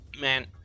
Man